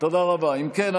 אם כן,